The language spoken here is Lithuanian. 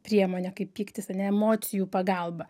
priemonė kaip pyktis ar ne emocijų pagalba